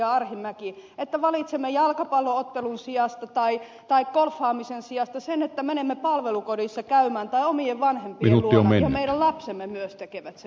arhinmäki että valitsemme jalkapallo ottelun sijasta tai golfaamisen sijasta sen että menemme käymään palvelukodissa tai omien vanhempien luona ja meidän lapsemme myös tekevät sen